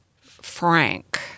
Frank